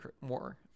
more